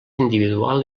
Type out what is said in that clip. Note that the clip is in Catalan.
individual